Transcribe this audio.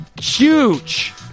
huge